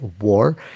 war